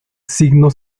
signo